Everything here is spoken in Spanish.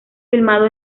filmado